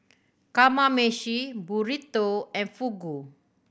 Kamameshi Burrito and Fugu